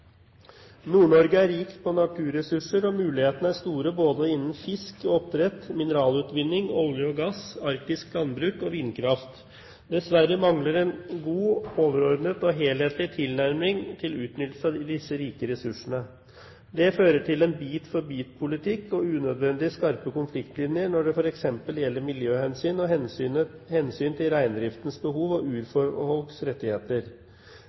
Nord-Norge er rikt på naturressurser, og mulighetene er store både innenfor fiskeri og oppdrett, mineralutvinning, olje og gass, arktisk landbruk og vindkraft – for å nevne noe. Dessverre mangler vi en god overordnet og helhetlig tilnærming til utnyttelsen av disse rike ressursene. Dette fører til en bit-for-bit-politikk og unødvendig skarpe konfliktlinjer når det f.eks. gjelder miljøhensyn og hensyn til reindriftens behov og urfolks rettigheter.